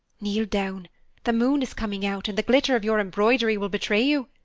kneel down the moon is coming out and the glitter of your embroidery will betray you,